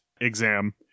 exam